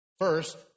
First